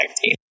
team